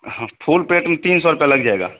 हाँ full plate में तीन सौ रुपया लग जाएगा